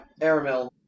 Aramel